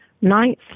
Ninth